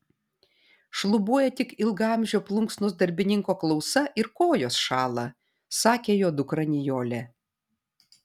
šlubuoja tik ilgaamžio plunksnos darbininko klausa ir kojos šąla sakė jo dukra nijolė